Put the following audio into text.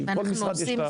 כי לכל משרד יש את החלק הזה.